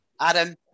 Adam